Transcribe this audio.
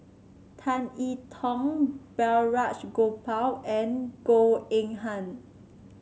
Tan I Tong Balraj Gopal and Goh Eng Han